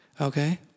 Okay